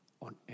on